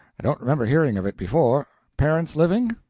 i don't remember hearing of it before. parents living?